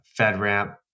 FedRAMP